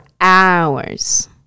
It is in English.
hours